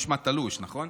נשמע תלוש, נכון?